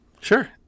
Sure